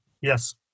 Yes